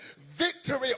Victory